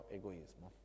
egoismo